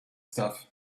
stuff